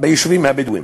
ביישובים הבדואיים,